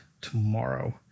tomorrow